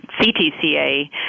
CTCA